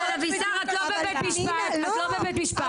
עו"ד אבישר, את לא בבית משפט.